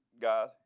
guys